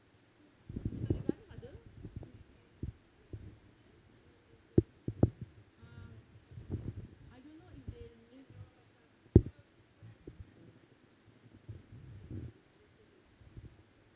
so macam do you think they like live there in in the botanic gardens that kind of and and dia orang macam what what I don't understand about okay in this case is the otters